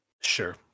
Sure